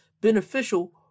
beneficial